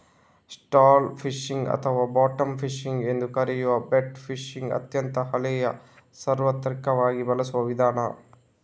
still fishing ಅಥವಾ bottom fishing ಎಂದೂ ಕರೆಯುವ ಬೆಟ್ ಫಿಶಿಂಗ್ ಅತ್ಯಂತ ಹಳೆಯ ಸಾರ್ವತ್ರಿಕವಾಗಿ ಬಳಸುವ ವಿಧಾನ